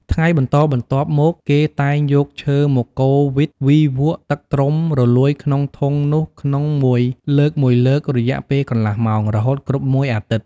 ថ្ងៃបន្តបន្ទាប់មក គេតែងយកឈើមកកូរវិត វីវក់ទឹកត្រុំរលួយក្នុងធុងនោះក្នុងមួយលើកៗ រយៈពេលកន្លះម៉ោង រហូតគ្រប់មួយអាទិត្យ។